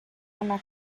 una